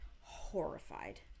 horrified